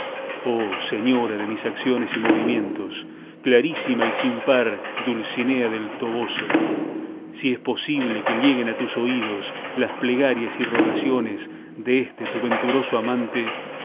oh señora de mis acciones y movimientos clarísima y sin par dulcinea del toboso si es posible que lleguen a tus oídos las plegarias y rogaciones deste tu venturoso amante